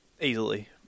easily